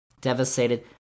devastated